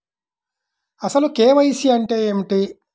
అసలు కే.వై.సి అంటే ఏమిటి?